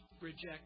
reject